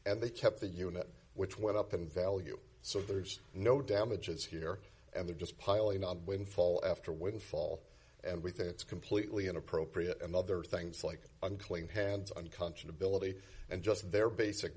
and they kept the unit which went up in value so there's no damages here and they're just piling up windfall after a windfall and we think it's completely inappropriate and other things like unclean hands unconscionable ety and just their basic